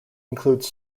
includes